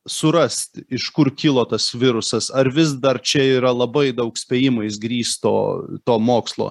surast iš kur kilo tas virusas ar vis dar čia yra labai daug spėjimais grįsto to mokslo